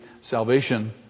salvation